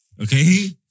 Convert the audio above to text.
Okay